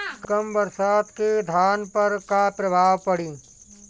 कम बरसात के धान पर का प्रभाव पड़ी?